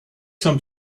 some